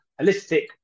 holistic